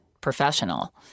professional